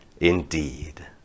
indeed